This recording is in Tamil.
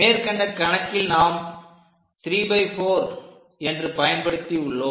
மேற்கண்ட கணக்கில் நாம் 34 என்று பயன்படுத்தியுள்ளோம்